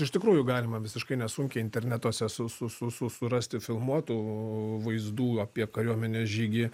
iš tikrųjų galima visiškai nesunkiai internetuose su su su surasti filmuotų vaizdų apie kariuomenės žygį